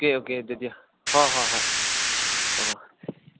okay okay ꯑꯗꯨꯗꯤ ꯍꯣꯏ ꯍꯣꯏ ꯍꯣꯏ